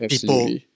people